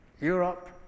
Europe